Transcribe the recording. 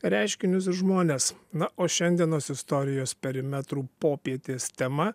reiškinius žmones na o šiandienos istorijos perimetrų popietės tema